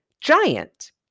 giant